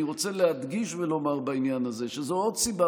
אני רוצה להדגיש ולומר בעניין הזה שזו עוד סיבה